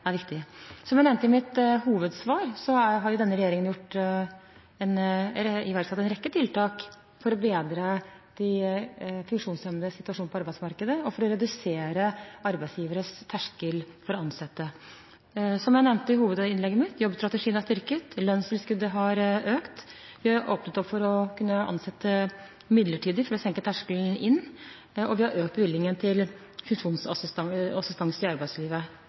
er viktig. Som jeg nevnte i mitt hovedsvar, har denne regjeringen iverksatt en rekke tiltak for å bedre de funksjonshemmedes situasjon på arbeidsmarkedet og for å redusere arbeidsgiveres terskel for å ansette. Som jeg nevnte i hovedinnlegget mitt: Jobbstrategien er styrket, lønnstilskudd har økt, det er åpnet opp for å ansette midlertidig for å senke terskelen inn, og vi har økt bevilgningen til funksjonsassistanse i arbeidslivet.